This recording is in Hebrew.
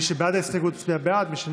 מי שבעד ההסתייגות, יצביע בעד.